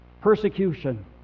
Persecution